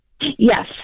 Yes